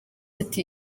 ati